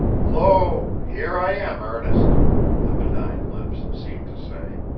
lo, here i am, ernest the benign lips seemed to say.